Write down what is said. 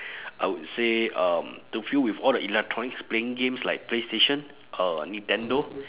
I would say um to fill with all the electronics playing games like playstation uh nintendo